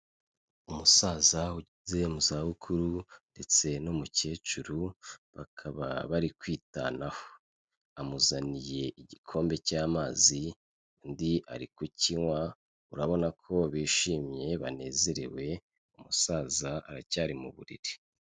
Umusaza ugeze mu zabukuru ndetse n'umukecuru, bakaba bari kwitanaho. Amuzaniye igikombe cy'amazi, undi ari kukinywa, urabona ko bishimye banezerewe, umusaza aracyari mu buriri.